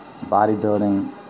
Bodybuilding